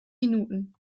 minuten